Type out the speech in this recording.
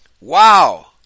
Wow